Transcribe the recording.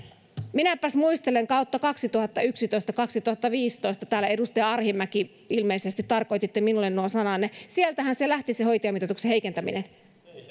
minäpäs muistelen kautta kaksituhattayksitoista viiva kaksituhattaviisitoista edustaja arhinmäki ilmeisesti tarkoititte minulle nuo sananne sieltähän se hoitajamitoituksen heikentäminen lähti